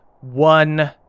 one